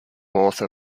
author